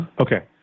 Okay